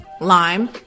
lime